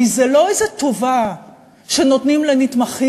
כי זה לא איזו טובה שנותנים לנתמכים,